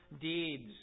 deeds